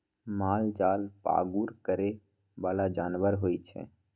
मालजाल पागुर करे बला जानवर होइ छइ